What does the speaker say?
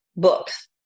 Books